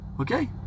okay